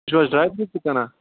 تُہۍ چھُو حظ ڈرٛاے فروٗٹ تہِ کٕنان